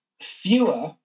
fewer